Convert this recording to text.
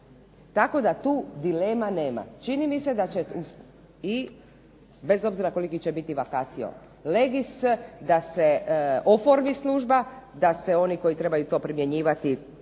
Tako da tu dilema nema. Čini mi se da će i bez obzira koliki će biti vacatio legis da se oformi služba, da se oni koji trebaju to primjenjivati